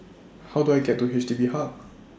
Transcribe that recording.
How Do I get to H D B Hub